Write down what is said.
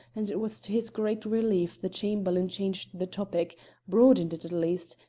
and it was to his great relief the chamberlain changed the topic broadened it, at least,